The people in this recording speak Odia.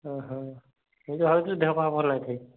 ଓଃ ମୁଁ ଭାବୁ ଥିଲି ଦେହ ପା ଭଲ ନାଇ ଥାଇ